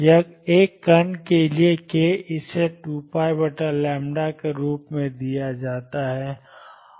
या एक कण के लिए k इसे 2π के रूप में दिया जाता है